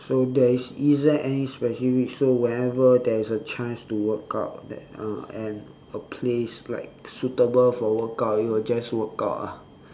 so there is is there any specific so whenever there is a chance to workout that uh and a place like suitable for workout you will just workout ah